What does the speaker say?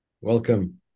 Welcome